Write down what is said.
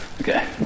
Okay